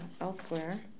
elsewhere